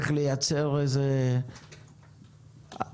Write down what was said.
מתוך 7%-8% האלה,